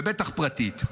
ובטח פרטית.